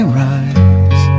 rise